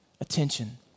Attention